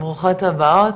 ברוכות הבאות,